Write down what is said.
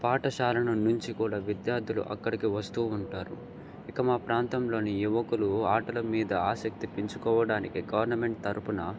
పాఠశాలల నుంచి కూడా విద్యార్థులు అక్కడికి వస్తూ ఉంటారు ఇక మా ప్రాంతంలోని యువకులు ఆటల మీద ఆసక్తి పెంచుకోవడానికి గవర్నమెంట్ తరపున